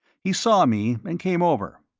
he saw me and came over.